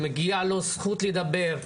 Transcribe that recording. שמגיע לו זכות לדבר,